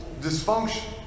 dysfunction